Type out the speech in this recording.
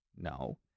No